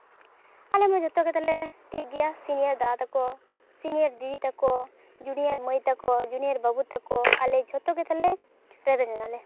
ᱟᱞᱮ ᱢᱟ ᱡᱚᱛᱚ ᱠᱚᱞᱮ ᱴᱷᱤᱠᱜᱮᱭᱟ ᱥᱤᱱᱤᱭᱟᱨ ᱫᱟᱫᱟ ᱛᱟᱠᱚ ᱥᱤᱱᱤᱭᱟᱨ ᱫᱤᱫᱤ ᱛᱟᱠᱚ ᱡᱩᱱᱤᱭᱟᱨ ᱢᱟᱹᱭ ᱛᱟᱠᱚ ᱡᱩᱱᱤᱭᱟᱨ ᱵᱟᱹᱵᱩ ᱛᱟᱠᱚ ᱟᱞᱮ ᱡᱷᱚᱛᱚ ᱜᱮᱛᱚ ᱞᱮ ᱨᱮᱵᱮᱱ ᱮᱱᱟᱞᱮ